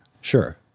Sure